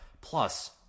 plus